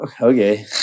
okay